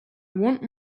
want